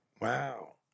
Wow